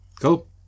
Cool